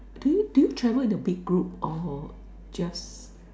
do you do you travel in a big group or just